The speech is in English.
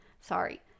sorry